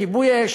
כיבוי אש,